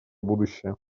будущее